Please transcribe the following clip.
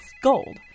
gold